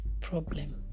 problem